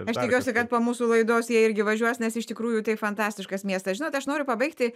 aš tikiuosi kad po mūsų laidos jie irgi važiuos nes iš tikrųjų tai fantastiškas miestas žinot aš noriu pabaigti